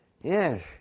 Yes